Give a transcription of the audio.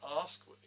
ask